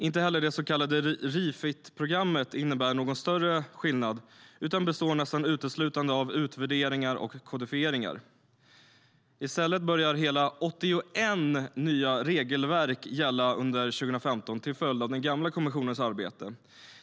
Inte heller det så kallade Refitprogrammet innebär någon större skillnad utan består nästan uteslutande av utvärderingar och kodifieringar.I stället börjar hela 81 nya regelverk att gälla under 2015 till följd den gamla kommissionens arbete.